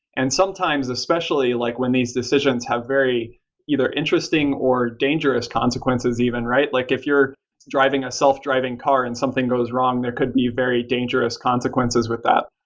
and sometimes, especially like when these decisions have very either interesting or dangerous consequences even, right? like if you're driving a self-driving car and something goes wrong, there could be very dangerous consequences with that.